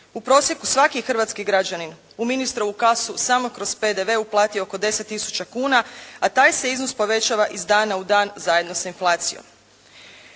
U prosjeku svaki je hrvatski građanin u ministrovu kasu samo kroz PDV uplatio oko 10 tisuća kuna, a taj se iznos povećava iz dana u dan zajedno sa inflacijom.